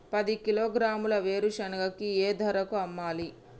పది కిలోగ్రాముల వేరుశనగని ఏ ధరకు అమ్మాలి?